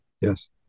yes